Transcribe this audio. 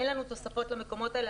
אין לנו תוספות למקומות האלה,